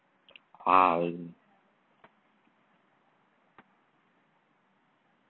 um